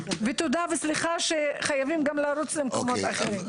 תודה, וסליחה שחייבים גם לרוץ למקומות אחרים.